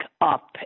up